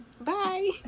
Bye